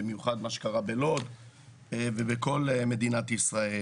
במיוחד מה שקרה בלוד ובכל מדינת ישראל.